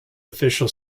official